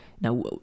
Now